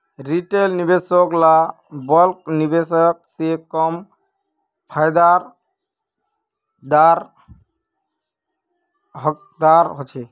retail निवेशक ला bulk निवेशक से कम फायेदार हकदार होछे